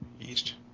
East